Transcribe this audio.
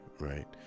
right